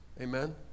Amen